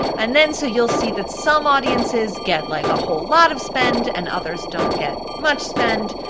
and then so you'll see that some audiences get like a whole lot of spend and others don't get much spend,